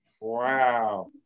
Wow